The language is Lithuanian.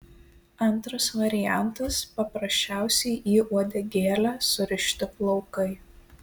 antras variantas paprasčiausiai į uodegėlę surišti plaukai